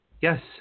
Yes